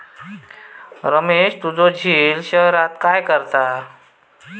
रमेश तुझो झिल शहरात काय करता?